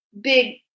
big